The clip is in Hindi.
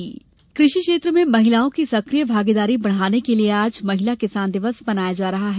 महिला किसान कृषि क्षेत्र में महिलाओं की सक्रिय भागीदारी बढ़ाने के लिए आज महिला किसान दिवस मनाया जा रहा है